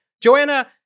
Joanna